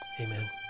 Amen